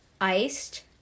Iced